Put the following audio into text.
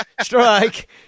strike